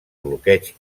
bloqueig